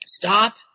stop